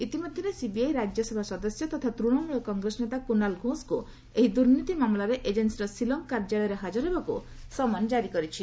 ଇତିମଧ୍ୟରେ ସିବିଆଇ ରାଜ୍ୟ ସଭା ସଦସ୍ୟ ତଥା ତୃଣମୂଳ କଂଗ୍ରେସ ନେତା କୁନାଲ ଘୋଷଙ୍କୁ ଏହି ଦୁର୍ନୀତି ମାମଲାରେ ଏଜେନ୍ସିର ସିଲଂ କାର୍ଯ୍ୟାଳୟରେ ହାଜର ହେବାକୁ ସମନ୍ ଜାରି କରିଛି